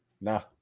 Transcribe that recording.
No